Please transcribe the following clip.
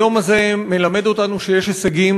היום הזה מלמד אותנו שיש הישגים